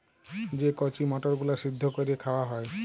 যে কঁচি মটরগুলা সিদ্ধ ক্যইরে খাউয়া হ্যয়